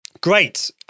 Great